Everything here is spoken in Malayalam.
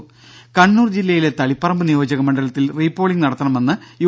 രുമ കണ്ണൂർ ജില്ലയിലെ തളിപ്പറമ്പ് നിയോജക മണ്ഡലത്തിൽ റീ പോളിങ് നടത്തണമെന്ന് യു